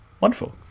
wonderful